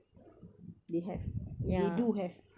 they have they do have